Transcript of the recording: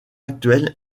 actuel